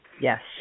Yes